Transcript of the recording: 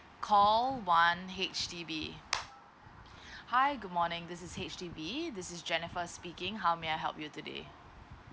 call one H_D_B hi good morning this is H_D_B this is jennifer speaking how may I help you today